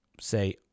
say